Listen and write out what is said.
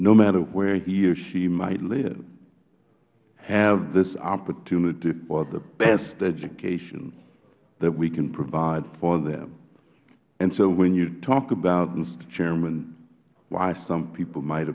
no matter where he or she might live have this opportunity for the best education that we can provide for them so when you talk about mister chairman why some people might